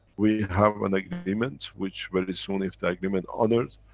we have an agreement which, very soon, if the agreement honored,